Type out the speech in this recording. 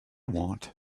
want